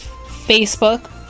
Facebook